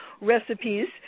recipes